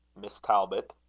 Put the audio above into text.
miss talbot.